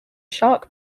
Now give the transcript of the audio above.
shark